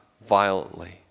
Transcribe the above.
violently